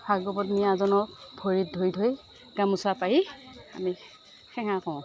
ভাগৱত নিয়াজনক ভৰিত ধৰি ধৰি গামোচা পাৰি আমি সেৱা কৰোঁ